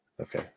Okay